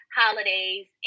holidays